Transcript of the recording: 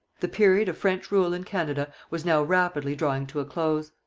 the period of french rule in canada was now rapidly drawing to a close.